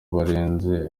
barenze